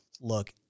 look